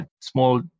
small